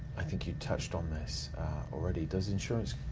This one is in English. i think you touched on this already, does insurance,